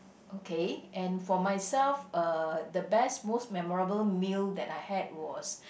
okay and for myself uh the best most memorable meal that I had was